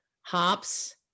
hops